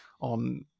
on